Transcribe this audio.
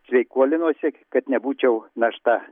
sveikuolinuosi kad nebūčiau našta